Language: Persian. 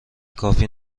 کافی